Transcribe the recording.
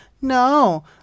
No